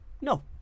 No